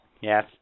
Yes